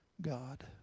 God